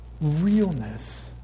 realness